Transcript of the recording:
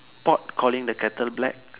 pot calling the kettle black